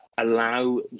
allow